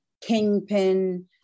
kingpin